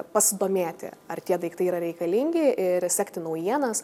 pasidomėti ar tie daiktai yra reikalingi ir sekti naujienas